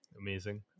amazing